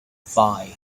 five